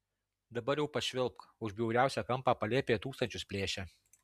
dabar jau pašvilpk už bjauriausią kampą palėpėje tūkstančius plėšia